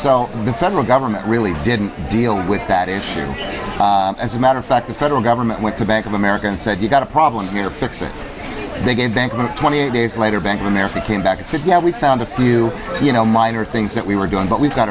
so the federal government really didn't deal with that issue as a matter of fact the federal government went to bank of america and said you've got a problem here fix it they gave banks twenty eight days later bank of america came back and said yeah we found a few you know minor things that we were doing but we've got